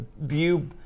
view